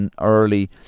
early